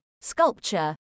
sculpture